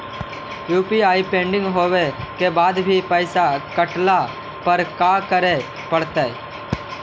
UPI pending होवे के बाद भी पैसा कटला पर का करे पड़तई?